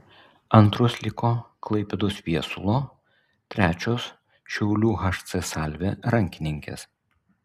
antros liko klaipėdos viesulo trečios šiaulių hc salvė rankininkės